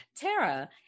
Tara